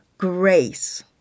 grace